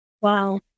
Wow